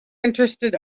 interested